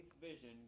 vision